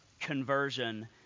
conversion